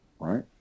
right